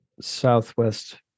southwest